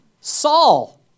Saul